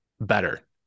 better